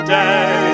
day